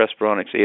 Respironics